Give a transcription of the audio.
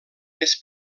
més